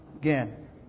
Again